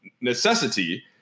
necessity